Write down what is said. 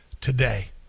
today